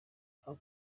aho